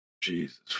Jesus